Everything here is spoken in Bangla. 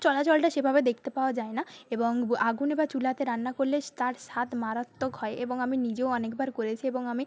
চলাচলটা সেভাবে দেখতে পাওয়া যায় না এবং আগুনে বা চুলাতে রান্না করলে স্ তার স্বাদ মারাত্মক হয় এবং আমি নিজেও অনেকবার করেছি এবং আমি